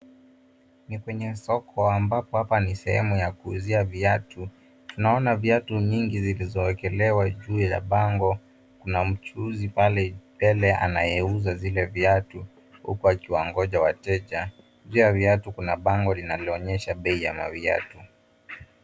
Ni kwenye soko ambapo hapa ni sehemu ya kuuzia viatu. Tunaona viatu mingi zilizoekelewa juu ya bango. Kuna mchuuzi pale mbele anayeuza zile viatu, huku akiwangoja wateja. Juu ya viatu kuna bango linaloonyesha bei ya maviatu.